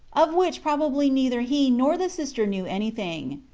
of which probably neither he nor the sister knew anything.